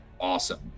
awesome